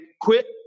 quit